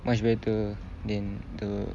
much better than the